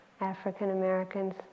African-Americans